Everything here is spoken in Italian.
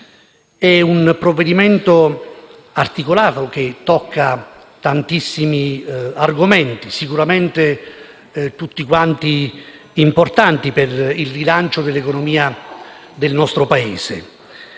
di un provvedimento articolato che tocca tantissimi argomenti, sicuramente tutti importanti per il rilancio dell'economia del nostro Paese.